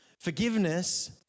Forgiveness